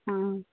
ആ